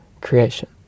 creation